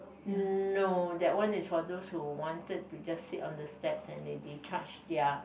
no that one is for those who wanted to just sit on the steps and that they charged their